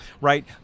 Right